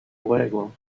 luego